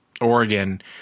Oregon